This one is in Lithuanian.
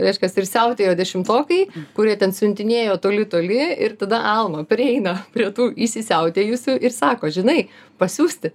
reiškias ir siautėjo dešimtokai kurie ten siuntinėjo toli toli ir tada alma prieina prie tų įsisiautėjusių ir sako žinai pasiųsti